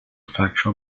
factual